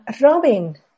Robin